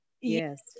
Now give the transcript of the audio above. Yes